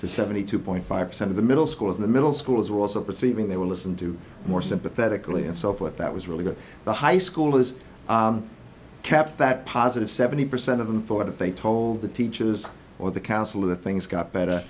to seventy two point five percent of the middle schools in the middle schools were also receiving they would listen to more sympathetically and so forth that was really good the high school this kept that positive seventy percent of them thought they told the teachers or the council of the things got better